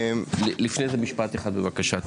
לפני זה משפט אחד בבקשה.